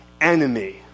enemy